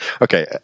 Okay